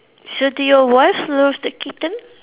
so did your wife love the kitten